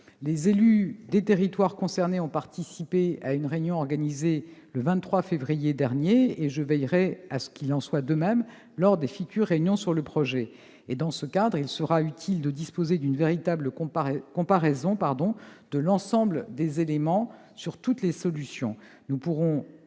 Les élus des territoires concernés ont participé à une réunion organisée le 23 février dernier. Je veillerai à ce qu'il en soit de même lors des futures réunions sur le projet. Dans ce cadre, il sera utile de disposer d'une véritable comparaison de l'ensemble des éléments sur toutes les solutions.